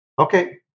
Okay